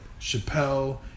Chappelle